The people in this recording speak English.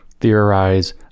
theorize